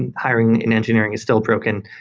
and hiring in engineering is still broken.